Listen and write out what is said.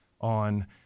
on